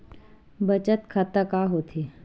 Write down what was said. बचत खाता का होथे?